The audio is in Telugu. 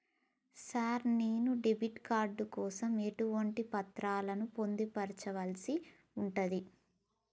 సార్ నేను డెబిట్ కార్డు కోసం ఎటువంటి పత్రాలను పొందుపర్చాల్సి ఉంటది?